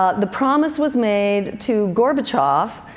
ah the promise was made to gorbachev,